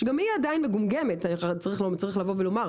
שגם היא עדין מגומגמת צריך לומר,